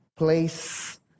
place